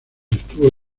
estuvo